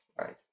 right